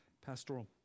pastoral